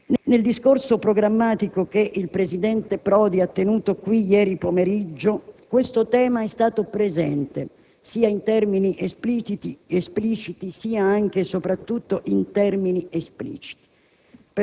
Nel discorso programmatico che il presidente Prodi ha tenuto qui ieri pomeriggio questo tema è stato presente, sia in termini espliciti che, soprattutto, in termini impliciti.